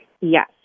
Yes